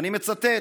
ואני מצטט: